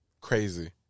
Crazy